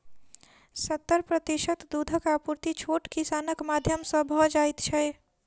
सत्तर प्रतिशत दूधक आपूर्ति छोट किसानक माध्यम सॅ भ जाइत छै